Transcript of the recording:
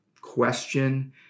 question